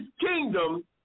kingdom